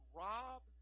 rob